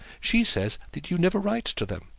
she says that you never write to them,